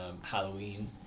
Halloween